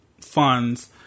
funds